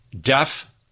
Deaf